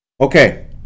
Okay